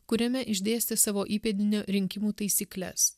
kuriame išdėstė savo įpėdinio rinkimų taisykles